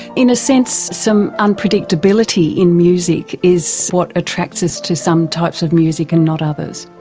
in a sense some unpredictability in music is what attracts us to some types of music and not others.